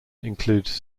includes